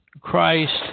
Christ